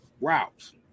routes